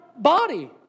body